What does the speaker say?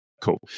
cool